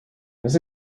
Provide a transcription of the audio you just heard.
this